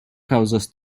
kaŭzas